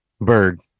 bird